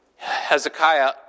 Hezekiah